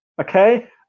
okay